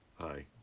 hi